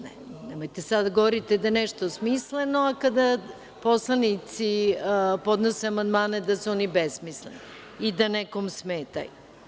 Nemojte sad da govorite da je nešto smisleno, a kada poslanici podnose amandmane, da su oni besmisleni i da nekom smetaju.